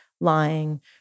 lying